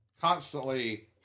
constantly